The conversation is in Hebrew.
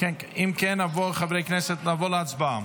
חברי הכנסת, נעבור להצבעה.